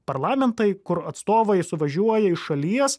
parlamentai kur atstovai suvažiuoja iš šalies